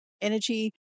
energy